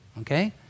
Okay